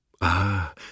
Ah